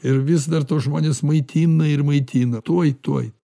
ir vis dar tuos žmones maitina ir maitina tuoj tuoj